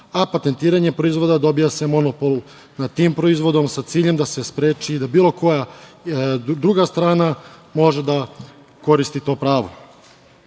a patentiranjem proizvoda dobija se monopol nad tim proizvodom sa ciljem da se spreči da bilo koja druga strana može da koristi to